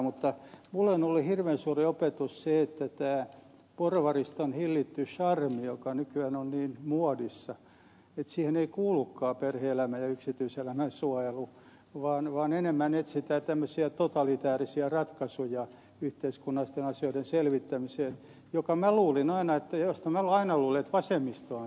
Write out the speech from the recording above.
mutta minulle on ollut hirveän suuri opetus se että tähän porvariston hillittyyn charmiin joka nykyään on niin muodissa ei kuulukaan perhe elämän ja yksityiselämän suojelu vaan enemmän etsitään yhteiskunnallisten asioiden selvittämiseen tämmöisiä totalitäärisiä ratkaisuja joista minä olen aina luullut että vasemmistoa on syytetty